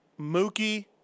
Mookie